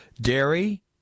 Dairy